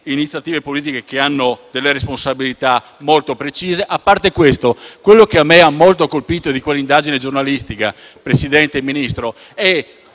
iniziative politiche che hanno delle responsabilità molto precise. A parte questo, quello che mi ha molto colpito di quella indagine giornalistica, signor Ministro, è